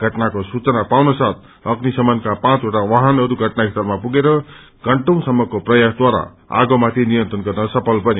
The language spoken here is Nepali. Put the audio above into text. घटनाको सूचना पाउनसाथ अग्निशमनका पाँचवटा वाहनहरू घटनास्थलमा पुगेर घण्टौँसम्मको प्रयासद्वारा आगोमाथि नियन्त्रण गर्न सफल बने